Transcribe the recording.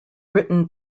written